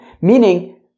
Meaning